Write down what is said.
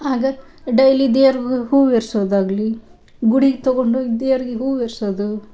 ಆಗ ಡೈಲಿ ದೇವ್ರ್ಗ ಹೂವೆರ್ಸೋದಾಗಲಿ ಗುಡಿಗೆ ತಗೊಂಡೋಗಿ ದೇವ್ರ್ಗೆ ಹೂವೆರ್ಸೋದು